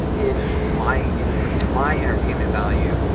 in my in and my entertainment value,